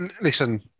listen